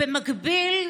במקביל,